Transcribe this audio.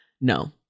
No